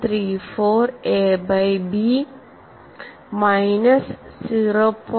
34 A by B minus 0